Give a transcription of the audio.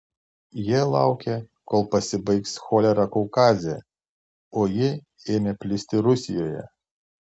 jie laukė kol pasibaigs cholera kaukaze o ji ėmė plisti rusijoje